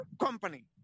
Company